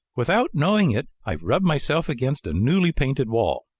without knowing it, i rubbed myself against a newly painted wall,